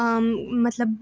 مطلب